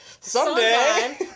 someday